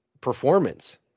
performance